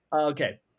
Okay